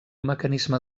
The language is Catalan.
mecanisme